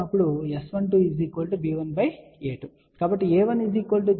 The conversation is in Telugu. కాబట్టి a1 0 అంటే నిజంగా ఏమిటి